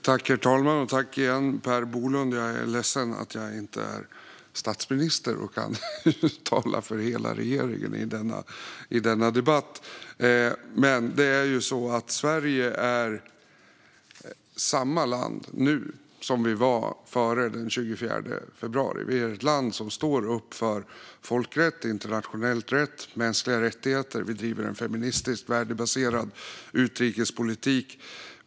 Herr talman! Tack igen, Per Bolund! Jag är ledsen att jag inte är statsminister och kan tala för regeringen i denna debatt. Det är ju så att Sverige är samma land nu som vi var före den 24 februari. Vi är ett land som står upp för folkrätt, internationell rätt och mänskliga rättigheter, och vi driver en feministisk, värdebaserad utrikespolitik.